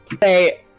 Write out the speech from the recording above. Hey